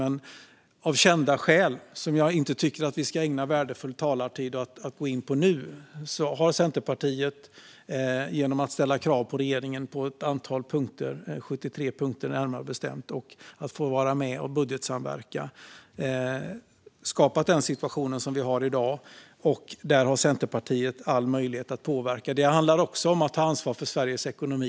Det är av kända skäl, som jag inte tycker att vi ska ägna värdefull talartid åt att gå in på nu. Centerpartiet har genom att ställa krav på regeringen på ett antal punkter, närmare bestämt 73 punkter, fått vara med och budgetsamverka och skapat den situation vi har i dag. Där har Centerpartiet alla möjligheter att påverka. Det handlar också om att ta ansvar för Sveriges ekonomi.